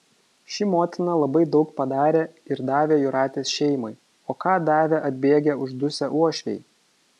ši motina labai daug padarė ir davė jūratės šeimai o ką davė atbėgę uždusę uošviai